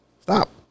Stop